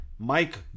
Mike